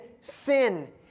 sin